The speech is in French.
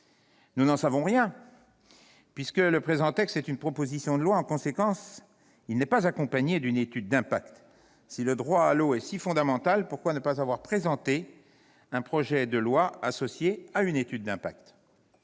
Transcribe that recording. Nous n'en savons rien, puisque le présent texte est une proposition de loi et que, par conséquent, il n'est pas accompagné d'une étude d'impact. Si le droit à l'eau est si fondamental, pourquoi ne pas avoir présenté un projet de loi associé à une étude d'impact ?